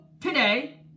today